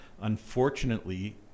unfortunately